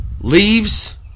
leaves